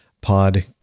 pod